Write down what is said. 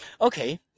Okay